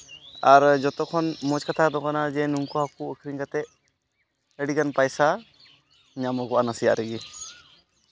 ᱟᱨ ᱡᱚᱛᱚ ᱠᱷᱚᱱ ᱢᱚᱡᱽ ᱠᱟᱛᱷᱟ ᱫᱚ ᱠᱟᱱᱟ ᱡᱮ ᱱᱚᱝᱠᱟ ᱦᱟᱹᱠᱩ ᱟᱹᱠᱷᱨᱤᱧ ᱠᱟᱛᱮᱫ ᱟᱹᱰᱤᱜᱟᱱ ᱯᱚᱭᱥᱟ ᱧᱟᱢᱚᱜᱚᱜᱼᱟ ᱱᱟᱥᱮᱭᱟᱜ ᱨᱮᱜᱮ